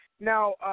Now